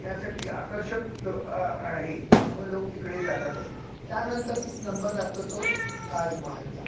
यासाठी आकर्षक लो आहे त्यामुळे लोक तिकडे जातातच त्यानंतर नंबर लागतो तो ताजमहलचा